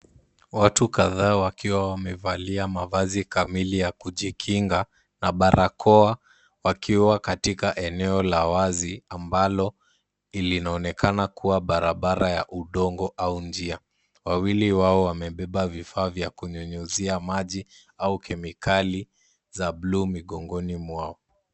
Watu kadhaa wakiwa wamevalia mavazi kamili ya kujikinga, na barakoa wakiwa katika eneo la wazi ambalo linaonekana kuwa barabara ya udongo au njia. Wawili wao wamebeba vifaa vya kunyunyuzia maji au kemikali za bluu migongoni mwao.